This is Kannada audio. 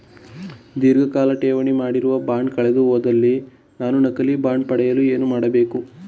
ಧೀರ್ಘಕಾಲ ಠೇವಣಿ ಮಾಡಿರುವ ಬಾಂಡ್ ಕಳೆದುಹೋದಲ್ಲಿ ನಾನು ನಕಲಿ ಬಾಂಡ್ ಪಡೆಯಲು ಏನು ಮಾಡಬೇಕು?